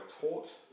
taught